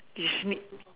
if need